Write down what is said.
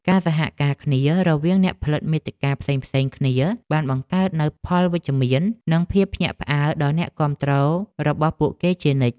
ការសហការគ្នារវាងអ្នកផលិតមាតិកាផ្សេងៗគ្នាបានបង្កើតនូវផលវិជ្ជមាន និងភាពភ្ញាក់ផ្អើលដល់អ្នកគាំទ្ររបស់ពួកគេជានិច្ច។